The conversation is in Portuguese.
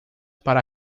para